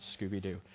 Scooby-Doo